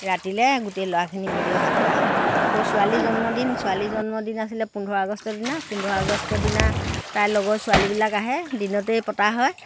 ৰাতিলৈ গোটেই ল'ৰাখিনি মিলি ভাত খায় আকৌ ছোৱালী জন্মদিন ছোৱালী জন্মদিন আছিলে পোন্ধৰ আগষ্টৰ দিনা পোন্ধৰ আগষ্টৰ দিনা তাইৰ লগৰ ছোৱালীবিলাক আহে দিনতেই পতা হয়